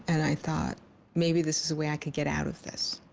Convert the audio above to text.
and i tought maybe this is a way i can get out of this.